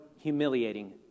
humiliating